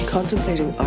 contemplating